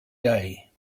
day